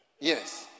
Yes